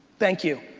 thank you.